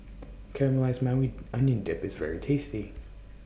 Caramelized Maui Onion Dip IS very tasty